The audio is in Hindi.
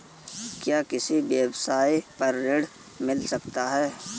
क्या किसी व्यवसाय पर ऋण मिल सकता है?